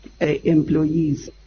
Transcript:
employees